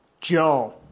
Joe